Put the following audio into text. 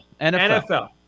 NFL